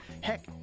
heck